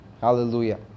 Hallelujah